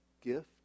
gift